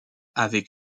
avec